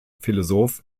philosoph